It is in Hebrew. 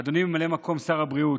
אדוני ממלא מקום שר הבריאות,